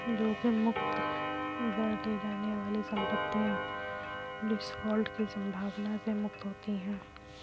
जोखिम मुक्त दर ले जाने वाली संपत्तियाँ डिफ़ॉल्ट की संभावना से मुक्त होती हैं